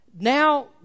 Now